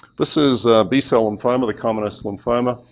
this is a b cell lymphoma, the commonest lymphoma,